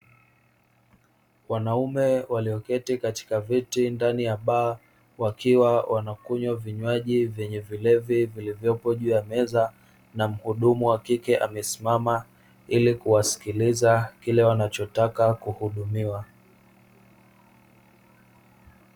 Wanaume walioketi katika viti ndani ya baa wakiwa wanakunywa vinywaji vyenye vilevi vilivyopo juu ya meza. Na muhudumu wa kike amesimama ili kuwasikiliza kile wanachotaka kuhudumiwa.